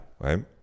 right